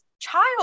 child